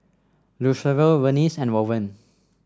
Lucero Vernice and Owen